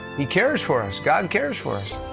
he cares for us. god cares for us.